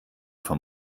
vom